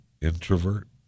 introvert